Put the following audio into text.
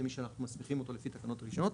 מי שאנחנו מוסיפים אותו לפי תקנות רישיונות,